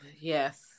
yes